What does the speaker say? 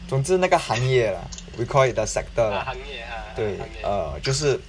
总之那个行业 lah we call it the sector lah 对 uh 就是